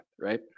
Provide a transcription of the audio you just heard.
right